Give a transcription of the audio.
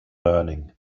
learning